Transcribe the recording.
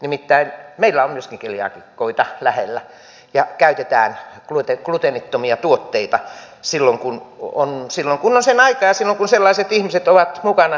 nimittäin meillä on myöskin keliaakikoita lähellä ja käytetään gluteenittomia tuotteita silloin kun on sen aika ja silloin kun sellaiset ihmiset ovat mukana joilla keliakia on